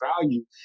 value